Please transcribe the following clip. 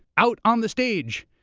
out on the stage,